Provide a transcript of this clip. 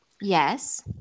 yes